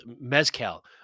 Mezcal